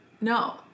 No